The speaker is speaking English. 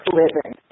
living